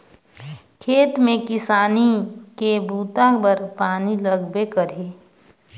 खेत में किसानी के बूता बर पानी लगबे करही